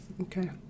Okay